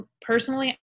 personally